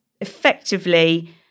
effectively